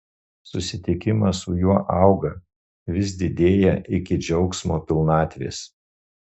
susitikimas su juo auga vis didėja iki džiaugsmo pilnatvės